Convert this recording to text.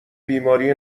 بیماری